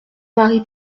marie